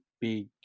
big